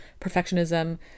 perfectionism